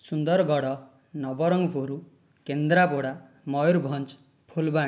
Sundargarh Nabarangpur Kendrapara Mayurbhanj Phulbani